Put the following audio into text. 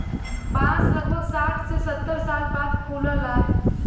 बांस लगभग साठ से सत्तर साल बाद फुलला